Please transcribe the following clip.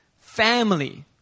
family